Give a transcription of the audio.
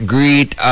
Greet